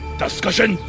discussion